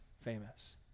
famous